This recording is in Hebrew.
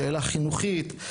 שאלה חינוכית.